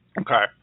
Okay